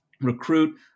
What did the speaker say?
recruit